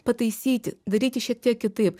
pataisyti daryti šiek tiek kitaip